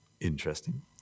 interesting